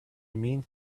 mean